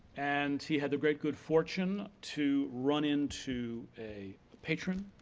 and he had the great good fortune to run into a patron,